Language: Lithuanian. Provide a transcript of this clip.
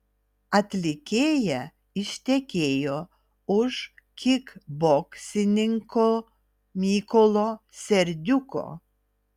atlikėja ištekėjo už kikboksininko mykolo serdiuko